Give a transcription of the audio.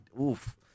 oof